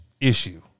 issue